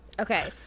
okay